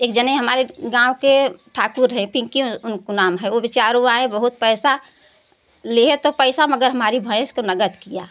एक जने हमारे गाँव के ठाकुर है पिंकी उनको नाम है वह बेचारे आये बहुत पैसा लिये तो पैसा मगर हमारी भैंस तो नगद किया